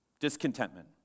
discontentment